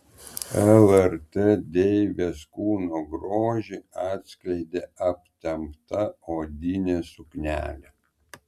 lrt deivės kūno grožį atskleidė aptempta odinė suknelė